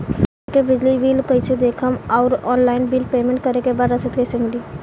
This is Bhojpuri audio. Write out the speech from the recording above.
आपन घर के बिजली बिल कईसे देखम् और ऑनलाइन बिल पेमेंट करे के बाद रसीद कईसे मिली?